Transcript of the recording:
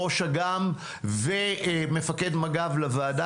ראש אג"מ ומפקד מג"ב לוועדה,